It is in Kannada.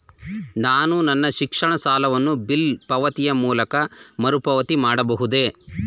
ನಾನು ನನ್ನ ಶಿಕ್ಷಣ ಸಾಲವನ್ನು ಬಿಲ್ ಪಾವತಿಯ ಮೂಲಕ ಮರುಪಾವತಿ ಮಾಡಬಹುದೇ?